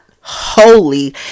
holy